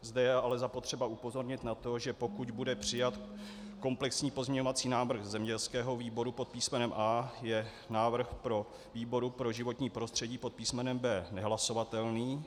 Zde je ale zapotřebí upozornit na to, že pokud bude přijat komplexní pozměňovací návrh zemědělského výboru pod písmenem A, je návrh výboru pro životní prostředí pod písmenem B nehlasovatelný.